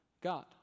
God